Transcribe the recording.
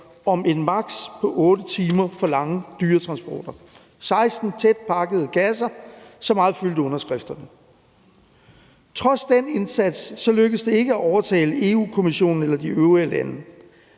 om en maks.-tid på 8 timer for lange dyretransporter. Der var 16 tætpakkede kasser; så meget fyldte underskrifterne. Trods den indsats lykkedes det ikke at overtale Europa-Kommissionen eller de øvrige lande.